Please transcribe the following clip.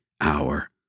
hour